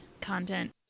content